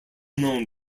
known